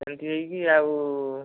ଏମତି ହୋଇକି ଆଉ